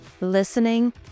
listening